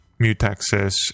mutexes